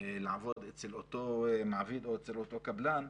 לעבוד אצל אותו מעביד או אצל אותו קבלן,